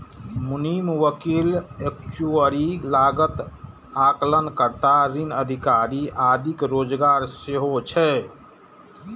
मुनीम, वकील, एक्चुअरी, लागत आकलन कर्ता, ऋण अधिकारी आदिक रोजगार सेहो छै